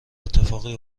اتفاقی